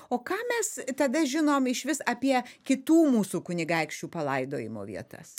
o ką mes tada žinom išvis apie kitų mūsų kunigaikščių palaidojimo vietas